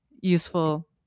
useful